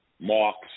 marks